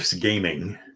gaming